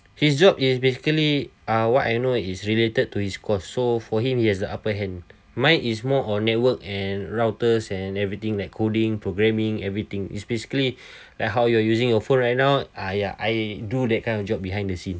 his job is basically ah what I know is related to his course so for him he has the upper hand mine is more on network and routers and everything like coding programming everything it's basically like how you're using your phone right now ah ya I do that kind of job behind the scene